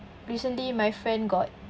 recently my friend got